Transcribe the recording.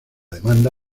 demanda